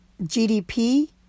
GDP